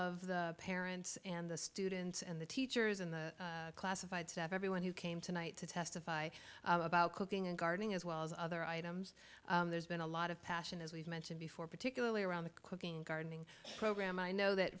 of the parents and the students and the teachers in the classified to everyone who came tonight to testify about cooking and gardening as well as other items there's been a lot of passion as we've mentioned before particularly around the cooking gardening program i know that